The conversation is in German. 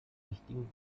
wichtigen